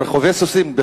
רוכבי סוסים,